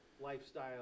lifestyle